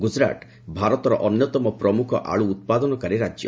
ଗୁଜରାଟ ଭାରତର ଅନ୍ୟତମ ପ୍ରମୁଖ ଆଳୁ ଉତ୍ପାଦନକାରୀ ରାଜ୍ୟ